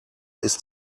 ist